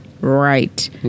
right